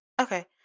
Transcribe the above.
Okay